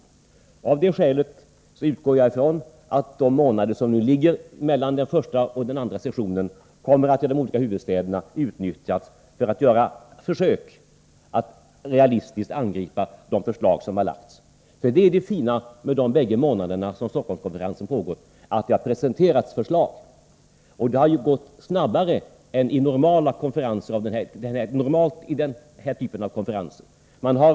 Av det skälet utgår jag ifrån att de månader som ligger mellan den första och den andra sessionen kommer att utnyttjas i de olika huvudstäderna för försök att realistiskt angripa de förslag som har lagts fram. Det fina som skett under Stockholmskonferensens två månader är att det har presenterats förslag, och det har också gått snabbare än vad som är normalt vid denna typ av konferenser.